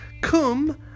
Come